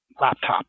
laptop